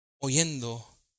Oyendo